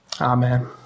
Amen